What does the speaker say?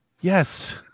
Yes